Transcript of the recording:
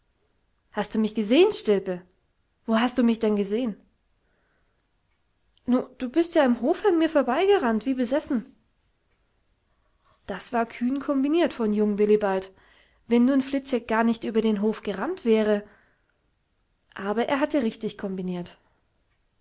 hast du mich gesehn stilpe wo hast du mich denn gesehen nu du bist ja im hofe an mir vorbeigerannt wie besessen das war kühn kombiniert von jung willibald wenn nun fliczek gar nicht über den hof gerannt wäre aber er hatte richtig kombiniert